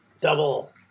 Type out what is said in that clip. double